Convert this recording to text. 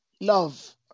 love